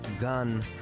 gun